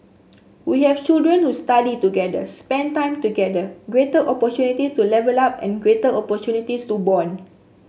we have children who study together spent time together greater opportunities to level up and greater opportunities to bond